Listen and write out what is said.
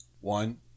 One